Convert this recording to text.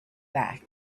back